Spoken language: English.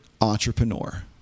entrepreneur